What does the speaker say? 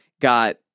got